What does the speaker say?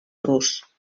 rus